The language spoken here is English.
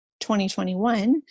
2021